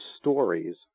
stories